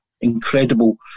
Incredible